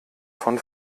von